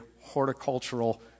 horticultural